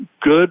good